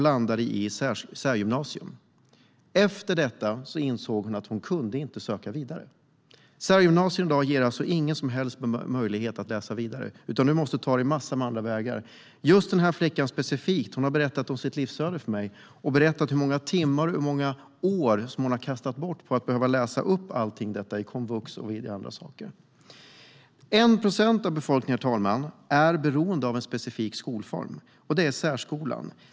Efter särgymnasiet insåg hon att hon inte kunde söka vidare. Särgymnasium ger i dag ingen som helst möjlighet att läsa vidare, utan man får ta sig fram på andra vägar. Den här flickan berättade sitt livsöde för mig och om hur många timmar och år hon kastat bort på att läsa in allt på komvux och annat. Herr talman! 1 procent av befolkningen är beroende av en specifik skolform, särskolan.